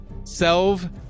Selv